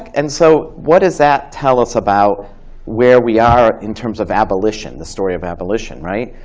and so what does that tell us about where we are in terms of abolition, the story of abolition, right?